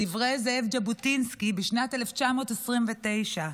זאב ז'בוטינסקי, בשנת 1929,